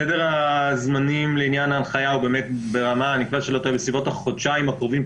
סדר הזמנים להנחיה הוא כנראה סביבות החודשיים הקרובים,